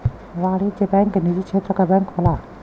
वाणिज्यिक बैंक निजी क्षेत्र क बैंक होला